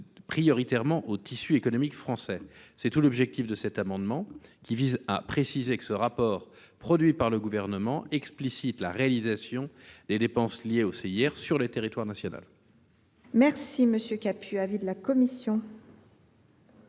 prioritairement au tissu économique français. Tel est l’objet de cet amendement, qui vise à préciser que ce rapport produit par le Gouvernement explicite la réalisation des dépenses liées au CIR sur le territoire national. Quel est l’avis de la commission